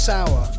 Sour